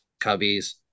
Cubbies